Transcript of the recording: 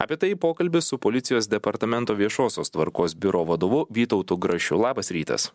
apie tai pokalbis su policijos departamento viešosios tvarkos biuro vadovu vytautu grašiu labas rytas